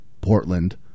Portland